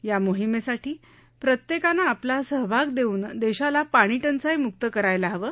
या मोहिमेसाठी प्रत्येकाने आपला सहभाग देऊन देशाला पाणीटंचाई मुक्त करायला हवं